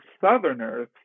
Southerners